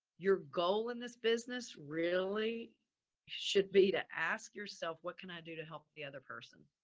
your goal in this business really should be to ask yourself, what can i do to help the other person?